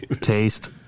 taste